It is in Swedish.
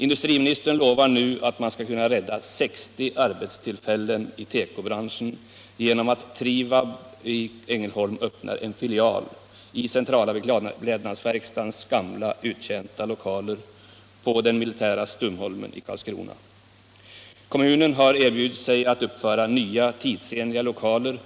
Industriministern lovar nu att man skall kunna rädda 60 arbetstillfällen i tekobranschen genom att Trivab i Ängelholm öppnar en filial i centrala beklädnadsverkstadens gamla uttjänta lokaler på den militära Stumholmen i Karlskrona. Kommunen har erbjudit sig att uppföra nya tidsenliga lokaler